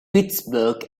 pittsburgh